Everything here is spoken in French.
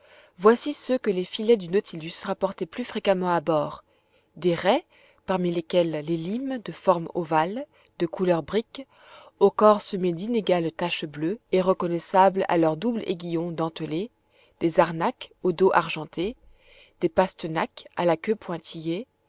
voici ceux que les filets du nautilus rapportaient plus fréquemment à bord des raies parmi lesquelles les limmes de forme ovale de couleur brique au corps semé d'inégales taches bleues et reconnaissables à leur double aiguillon dentelé des arnacks au dos argenté des pastenaques à la queue pointillée